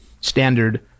Standard